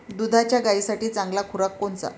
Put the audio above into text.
दुधाच्या गायीसाठी चांगला खुराक कोनचा?